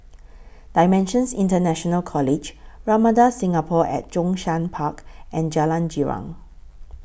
DImensions International College Ramada Singapore At Zhongshan Park and Jalan Girang